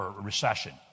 Recession